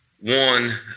one